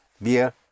Wir